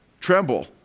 tremble